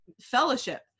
fellowship